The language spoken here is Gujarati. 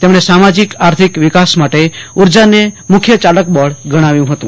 તેમણે સામાજિક આર્થિક વિકાસ માટે ઊર્જાને મુખ્ય ચાલક બળ ગણાવ્યું હતું